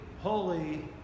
holy